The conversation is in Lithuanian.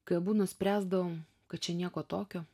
kai abu nuspręsdavom kad čia nieko tokio